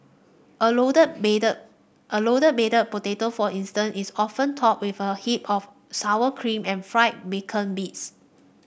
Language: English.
a loaded baked a loaded baked potato for instance is often topped with a heap of sour cream and fried bacon bits